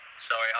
Sorry